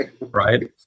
right